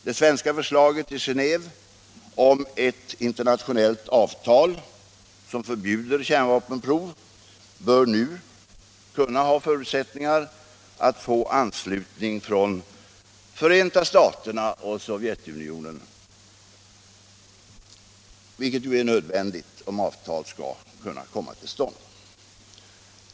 Det svenska förslaget i Genéve om ett internationellt avtal om förbud mot kärnvapenprov bör nu kunna ha förutsättningar att få anslutning från Förenta staterna och Sovjetunionen, vilket ju är nödvändigt om avtal skall kunna komma till stånd.